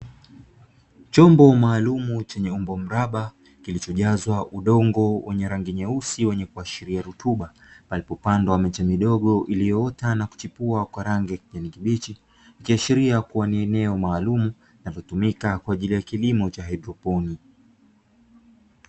Chombo maalumu chenye umbo mraba kilichojazwa udongo wenye rangi nyeusi wenye kuashiria rutuba palipopandwa miche midogo iliyoota na kuchipua kwa rangi yani kibichi, ikiashiria kuwa ni eneo maalumu linavyotumika kwa ajili ya kilimo cha haidroponi.